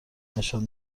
نشان